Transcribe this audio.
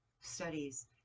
studies